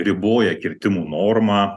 riboja kirtimų normą